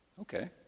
Okay